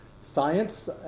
science